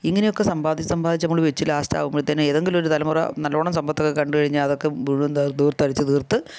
ഇങ്ങനെയൊക്കെ സമ്പാദിച്ച് സമ്പാദിച്ച് നമ്മൽ വച്ച് ലാസ്റ്റ് ആകുമ്പഴത്തേക്ക് ഏതെങ്കിലും ഒരു തലമുറ നല്ല വണ്ണം സമ്പത്തൊക്കെ കണ്ട് കഴിഞ്ഞാൽ അതൊക്കെ മുഴുവൻ ധൂർത്തടിച്ച് തീർത്ത്